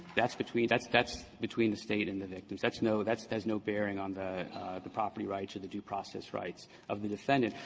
that's between that's that's between the state and the victims. that's no there's no bearing on the the property rights or the due process rights of the defendant.